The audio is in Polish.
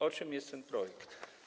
O czym jest ten projekt?